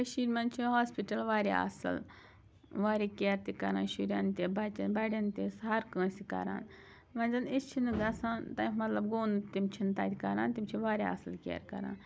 کٔشیٖرِ منٛز چھِ ہاسپِٹَل واریاہ اَصٕل واریاہ کَِیر تہِ کَران شُرٮ۪ن تہِ بَچن بَڑٮ۪ن تہِ ہر کٲنٛسہِ کَران وۄنۍ زَن أسۍ چھِ نہٕ گژھان تمیُک مطلب گوٚو نہٕ تِم چھِ نہٕ تَتہِ کَران تِم چھِ واریاہ اَصٕل کَِیر کَران